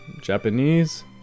Japanese